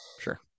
sure